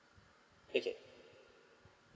okay